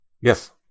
Yes